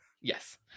Yes